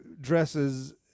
dresses